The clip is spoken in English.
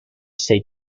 say